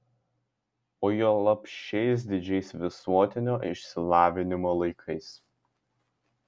o juolab šiais didžiais visuotinio išsilavinimo laikais